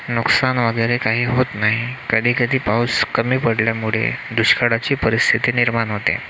नुकसान वगैरे काही होत नाही कधीकधी पाऊस कमी पडल्यामुळे दुष्काळाची परिस्थिती निर्माण होते